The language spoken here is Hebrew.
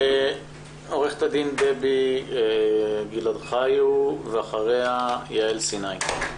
עורכת הדין דבי גילד-חיו, ואחריה יעל סיני.